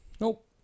Nope